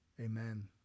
Amen